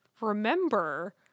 remember